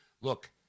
look